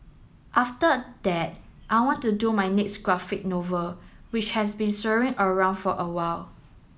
after that I want to do my next graphic novel which has been swirling around for a while